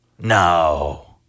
No